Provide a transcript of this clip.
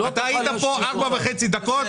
אתה היית כאן ארבע וחצי דקות והלכת.